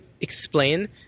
explain